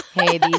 Hey